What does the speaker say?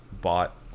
bought